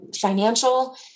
financial